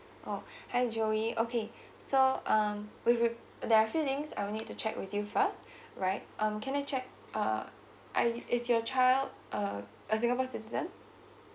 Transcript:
oh hi joey okay so um we there're few things that I'll need to check with you first right um can I check uh are is your child uh a singapore citizen